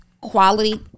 quality